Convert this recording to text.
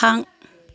थां